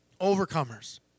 Overcomers